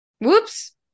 Whoops